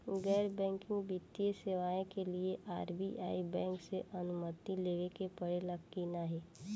गैर बैंकिंग वित्तीय सेवाएं के लिए आर.बी.आई बैंक से अनुमती लेवे के पड़े ला की नाहीं?